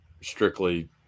strictly